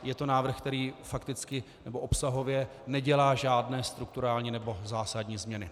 Je to návrh, který fakticky nebo obsahově nedělá žádné strukturální nebo zásadní změny.